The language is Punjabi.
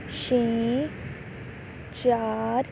ਛੇ ਚਾਰ